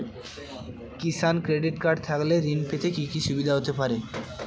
কিষান credit card থাকলে ঋণ পেতে কি কি সুবিধা হতে পারে?